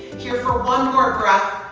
here for one more breath,